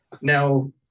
Now